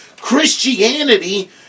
Christianity